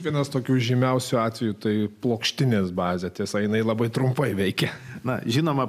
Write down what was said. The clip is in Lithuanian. vienas tokių žymiausių atvejų tai plokštinės bazė tiesa jinai labai trumpai veikia na žinoma